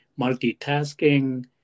multitasking